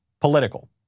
political